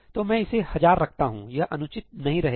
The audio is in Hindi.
तो मैं इसे हजार रखता हूं यह अनुचित नहीं रहेगा